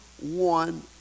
one